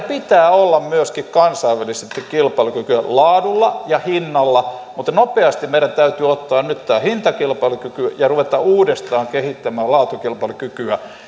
pitää olla myöskin kansainvälisesti kilpailukykyä laadulla ja hinnalla mutta nopeasti meidän täytyy ottaa nyt tämä hintakilpailukyky ja ruveta uudestaan kehittämään laatukilpailukykyä